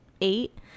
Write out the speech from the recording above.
eight